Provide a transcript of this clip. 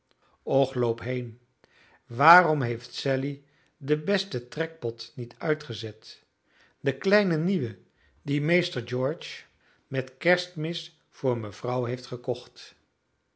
och loop heen waarom heeft sally den besten trekpot niet uitgezet den kleinen nieuwen dien meester george met kerstmis voor mevrouw heeft gekocht